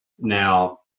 Now